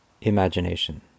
Imagination